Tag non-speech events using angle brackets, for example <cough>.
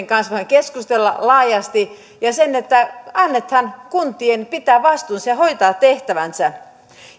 <unintelligible> kanssa voidaan keskustella laajasti ja ja että annetaan kuntien pitää vastuunsa ja hoitaa tehtävänsä